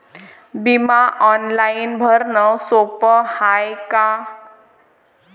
बिमा ऑनलाईन भरनं सोप हाय का?